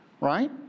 right